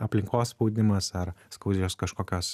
aplinkos spaudimas ar skaudžios kažkokios